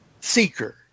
seeker